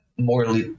More